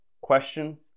question